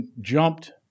jumped